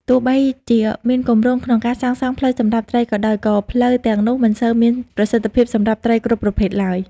ទោះបីជាមានគម្រោងក្នុងការសាងសង់ផ្លូវសម្រាប់ត្រីក៏ដោយ ក៏ផ្លូវទាំងនោះមិនសូវមានប្រសិទ្ធភាពសម្រាប់ត្រីគ្រប់ប្រភេទឡើយ។